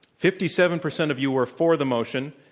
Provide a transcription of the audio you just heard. fifty-seven percent of you were for the motion,